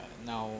uh now